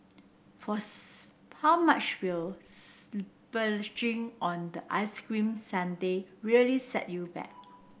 for how much will splurging on the ice cream sundae really set you back